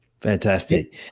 fantastic